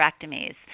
hysterectomies